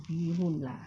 bee hoon lah